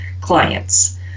clients